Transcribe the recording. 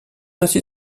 ainsi